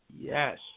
Yes